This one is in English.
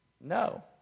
No